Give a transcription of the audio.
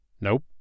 Nope